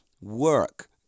work